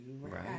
right